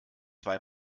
zwei